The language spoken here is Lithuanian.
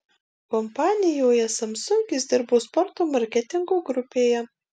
kompanijoje samsung jis dirbo sporto marketingo grupėje